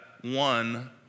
one